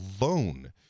alone